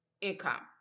income